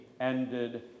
ended